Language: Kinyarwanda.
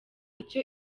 icyo